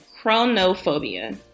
chronophobia